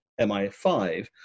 MI5